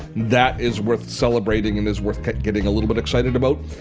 that is worth celebrating and is worth getting a little bit excited about.